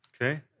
Okay